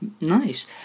Nice